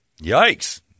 Yikes